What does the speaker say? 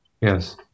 yes